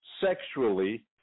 sexually